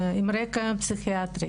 עם רקע פסיכיאטרי.